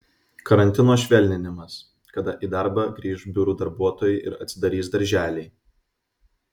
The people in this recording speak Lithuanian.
karantino švelninimas kada į darbą grįš biurų darbuotojai ir atsidarys darželiai